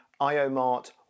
IOMart